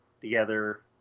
together